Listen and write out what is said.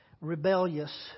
rebellious